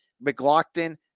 McLaughlin